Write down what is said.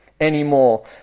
anymore